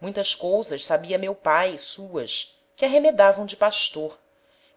muitas cousas sabia meu pae suas que arremedavam de pastor